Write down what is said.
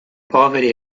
poveri